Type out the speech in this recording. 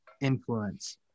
influence